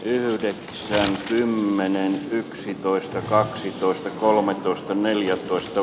yhden kymmenen yksitoista kaksitoista kolmetoista neljätoista